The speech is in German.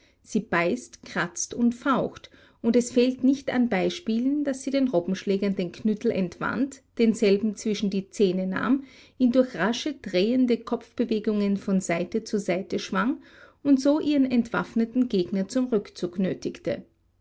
sie beißt kratzt und faucht und es fehlt nicht an beispielen daß sie den robbenschlägern den knüttel entwand denselben zwischen die zähne nahm ihn durch rasche drehende kopfbewegungen von seite zu seite schwang und so ihren entwaffneten gegner zum rückzug